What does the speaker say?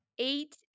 eight